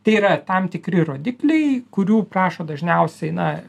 tai yra tam tikri rodikliai kurių prašo dažniausiai na